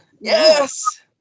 Yes